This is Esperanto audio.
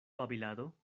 babilado